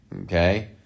okay